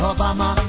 Obama